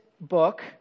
book